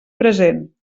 present